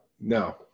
no